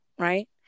Right